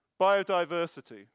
biodiversity